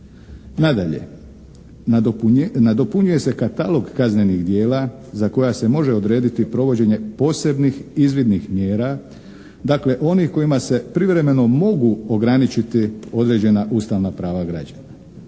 Nadalje nadopunjuje se katalog kaznenih djela za koja se može odrediti provođenje posebnih izvidnih mjera dakle onih kojima se privremeno mogu ograničiti određena ustavna prava građana.